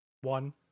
one